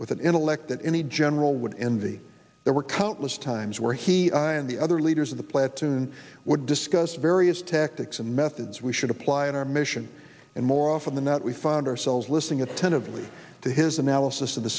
with an intellect that any general would envy there were countless times where he and the other leaders of the planet tune would discuss various tactics and methods we should apply in our mission and more often than not we found ourselves listening attentively to his analysis of the